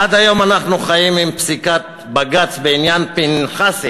עד היום אנחנו חיים עם פסיקת בג"ץ בעניין פנחסי,